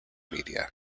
media